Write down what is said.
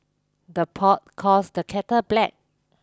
the pot calls the kettle black